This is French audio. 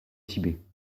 tibet